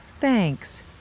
Thanks